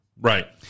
Right